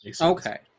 Okay